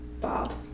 Bob